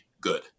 good